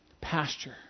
pasture